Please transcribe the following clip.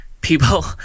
people